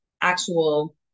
actual